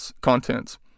contents